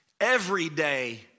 Everyday